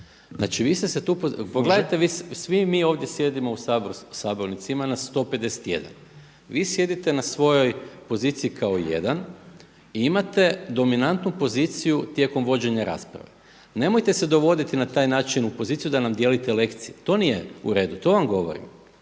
Znači, vi ste se tu, pogledajte svi mi ovdje sjedimo u Sabornici, ima nas 151, vi sjedite na svojoj poziciji kao jedan i imate dominantnu poziciju tijekom vođenja rasprave. Nemojte se dovoditi na taj način u poziciju da nam dijelite lekcije, to nije u redu, to vam govorim.